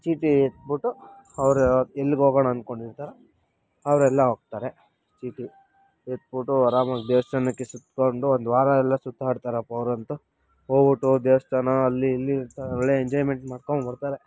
ಚೀಟಿ ಎತ್ಬಿಟ್ಟು ಅವರು ಎಲ್ಲಿಗೋಗೋಣ ಅಂದ್ಕೊಂಡಿರ್ತಾರೋ ಅವರೆಲ್ಲ ಹೋಗ್ತಾರೆ ಚೀಟಿ ಎತ್ಬಿಟ್ಟು ಆರಾಮಾಗಿ ದೇವಸ್ಥಾನಕ್ಕೆ ಸುತ್ಕೊಂಡು ಒಂದು ವಾರ ಎಲ್ಲ ಸುತಾಡ್ತಾರಪ್ಪ ಅವರಂತು ಹೋಗ್ಬಿಟ್ಟು ದೇವಸ್ಥಾನ ಅಲ್ಲಿ ಇಲ್ಲಿ ಅಂತ ಒಳ್ಳೆ ಎಂಜಾಯ್ಮೆಂಟ್ ಮಾಡ್ಕೊಂಡು ಬರ್ತಾರೆ